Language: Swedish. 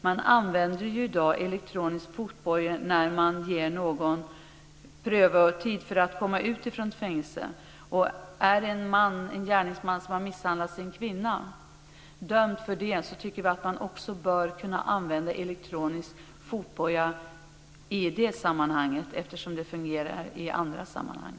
Man använder i dag elektronisk fotboja när man prövar om någon kan lämna ett fängelse. Om en man har misshandlat sin kvinna och är dömd för det tycker vi att man bör kunna använda elektronisk fotboja också i det sammanhanget, eftersom det fungerar i andra sammanhang.